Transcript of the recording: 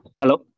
Hello